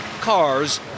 cars